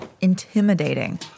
intimidating